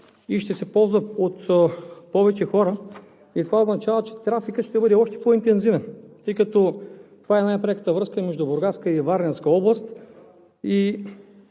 и ще се ползва от повече хора. Това означава, че трафикът ще бъде още по-интензивен, тъй като това е най-пряката връзка между Бургаска и Варненска област